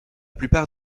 plupart